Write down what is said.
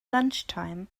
lunchtime